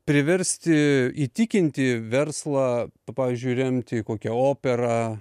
priversti įtikinti verslą pavyzdžiui remti į kokią operą